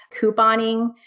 couponing